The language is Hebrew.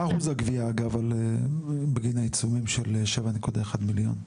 אחוז הגבייה בגין העיצומים של 7 מיליון שקלים?